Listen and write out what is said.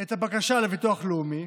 את הבקשה לביטוח לאומי,